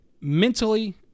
mentally